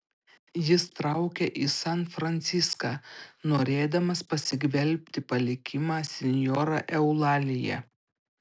jis traukia į san franciską norėdamas pasigvelbti palikimą senjora eulalija